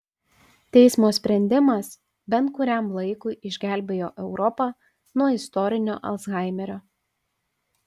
teismo sprendimas bent kuriam laikui išgelbėjo europą nuo istorinio alzhaimerio